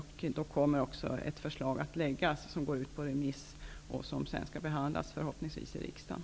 Sedan kommer ett förslag att läggas fram och remissbehandlas och därefter behandlas i riksdagen.